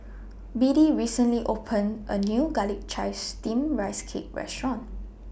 Biddie recently opened A New Garlic Chives Steamed Rice Cake Restaurant